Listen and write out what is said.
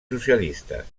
socialistes